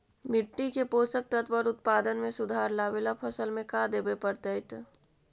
मिट्टी के पोषक तत्त्व और उत्पादन में सुधार लावे ला फसल में का देबे पड़तै तै?